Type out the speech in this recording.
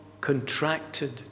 contracted